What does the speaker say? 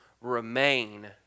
remain